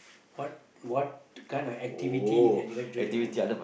what what the kind of activity that you like to enjoy the family